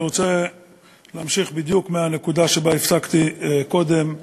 אני רוצה להמשיך בדיוק מהנקודה שבה הפסקתי קודם,